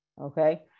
okay